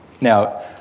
Now